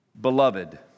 Beloved